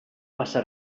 passa